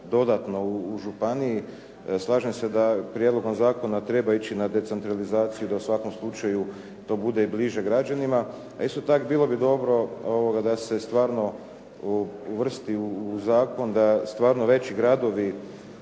dodatno u županiji. Slažem se da prijedlogom zakona treba ići na decentralizaciju, da u svakom slučaju to bude bliže građanima, a isto tako bilo bi dobro da se stvarno uvrsti u zakon da stvarno veći gradovi